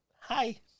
hi